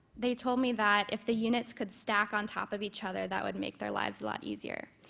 they told me that if the units could stack on top of each other, that would make their lives a lot easier.